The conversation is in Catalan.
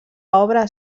obra